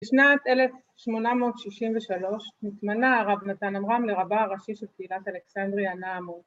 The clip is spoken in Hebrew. ‫בשנת 1863 נתמנה הרב נתן אמרם ‫לרבי הראשי של קהילת אלכסנדריה, ‫הנעמור.